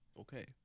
Okay